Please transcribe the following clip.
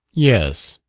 yes,